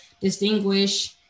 distinguish